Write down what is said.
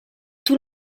tout